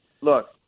look